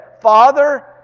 father